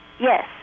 Yes